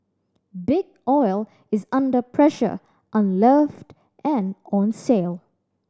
Big Oil is under pressure unloved and on sale